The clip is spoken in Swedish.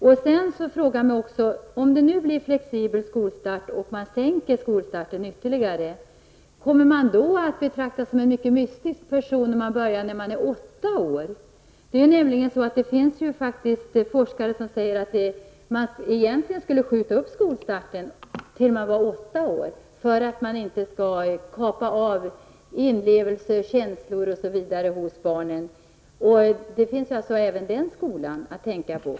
Om det vidare blir en flexibel skolstart och man sänker åldern för skolstarten ytterligare, kommer man då att betraktas som en underlig person, om man börjar vid åtta års ålder? Det finns forskare som säger att vi egentligen borde skjuta upp skolstarten till åtta års ålder för att inte beröva barnen möjligheter till inlevelse, känslor osv. Även det är något att tänka på.